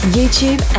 YouTube